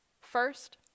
First